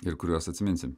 ir kuriuos atsiminsim